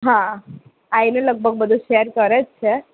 હા આવી ને લગભગ બધું શેર કરે જ છે